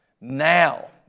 Now